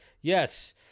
yes